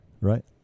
right